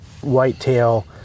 whitetail